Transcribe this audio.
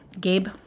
Gabe